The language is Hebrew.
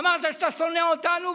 אמרת שאתה שונא אותנו,